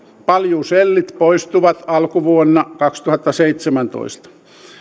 paljusellit poistuvat alkuvuonna kaksituhattaseitsemäntoista